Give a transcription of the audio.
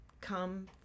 come